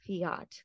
fiat